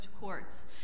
courts